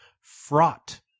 fraught